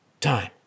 time